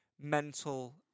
mental